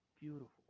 beautiful